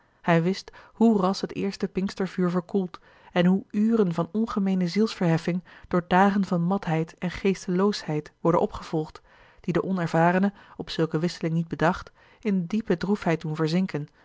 hij wist hoe ras het eerste pinkstervuur verkoelt en hoe uren van ongemeene zielsverheffing door dagen van matheid en geesteloosheid worden opgevolgd die den onervarene op zulke wisseling niet bedacht in diepe droefheid doen verzinken